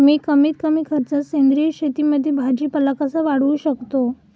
मी कमीत कमी खर्चात सेंद्रिय शेतीमध्ये भाजीपाला कसा वाढवू शकतो?